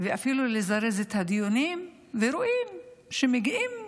ואפילו לזרז את הדיונים, ורואים שמגיעים